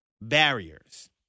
barriers